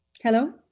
Hello